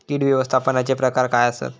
कीड व्यवस्थापनाचे प्रकार काय आसत?